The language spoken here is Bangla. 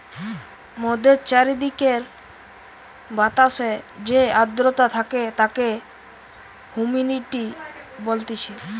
মোদের চারিদিকের বাতাসে যে আদ্রতা থাকে তাকে হুমিডিটি বলতিছে